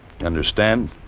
Understand